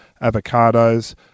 Avocados